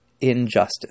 injustice